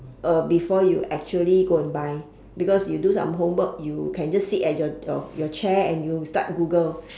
uh before you actually go and buy because you do some homework you can just sit at your your your chair and you start google